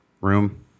room